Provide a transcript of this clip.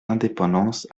indépendance